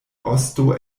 osto